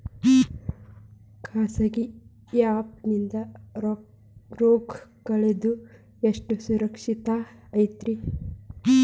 ಖಾಸಗಿ ಆ್ಯಪ್ ನಿಂದ ರೊಕ್ಕ ಕಳ್ಸೋದು ಎಷ್ಟ ಸುರಕ್ಷತಾ ಐತ್ರಿ?